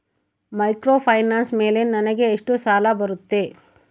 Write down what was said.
Microfinance ಮೇಲೆ ನನಗೆ ಎಷ್ಟು ಸಾಲ ಬರುತ್ತೆ?